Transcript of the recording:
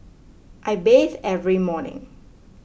I bathe every morning